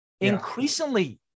Increasingly